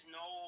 no